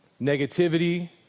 negativity